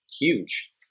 huge